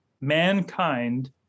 mankind